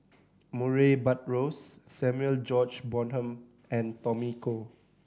Murray Buttrose Samuel George Bonham and Tommy Koh